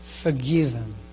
forgiven